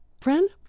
Friend